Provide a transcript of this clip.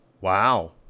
Wow